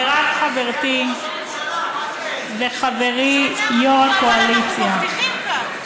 מירב חברתי וחברי יו"ר הקואליציה.